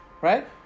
Right